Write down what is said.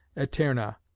eterna